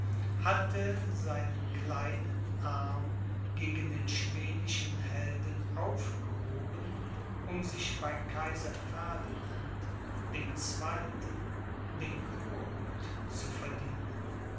hatte seinen kleinen arm gegen den schwedischen helden aufgehoben um sich bei kaiser ferdinand dem zweiten den kurhut zu verdienen